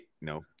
no